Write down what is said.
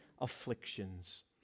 afflictions